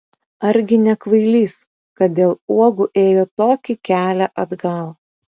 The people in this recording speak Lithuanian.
argi ne kvailys kad dėl uogų ėjo tokį kelią atgal